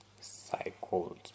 cycles